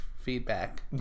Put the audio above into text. Feedback